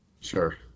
Sure